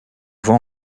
voix